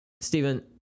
Stephen